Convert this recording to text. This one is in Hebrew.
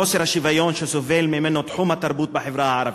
חוסר השוויון שסובל ממנו תחום התרבות בחברה הערבית,